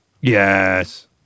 Yes